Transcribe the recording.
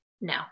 No